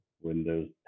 Windows